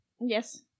Yes